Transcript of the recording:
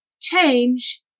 change